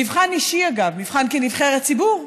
מבחן אישי, אגב, מבחן כנבחרת ציבור,